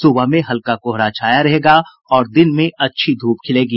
सुबह में हल्का कोहरा छाया रहेगा और दिन में अच्छी धूप खिलेगी